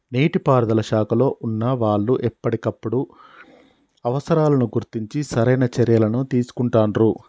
నీటి పారుదల శాఖలో వున్నా వాళ్లు ఎప్పటికప్పుడు అవసరాలను గుర్తించి సరైన చర్యలని తీసుకుంటాండ్రు